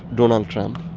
donald trump,